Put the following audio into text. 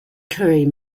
curry